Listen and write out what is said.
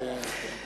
בית"ר.